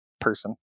person